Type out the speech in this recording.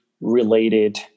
related